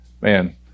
man